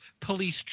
police